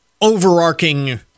overarching